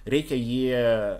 reikia jį